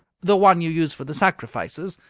the one you use for the sacrifices,